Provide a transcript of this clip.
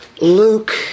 Luke